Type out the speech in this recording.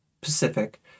Pacific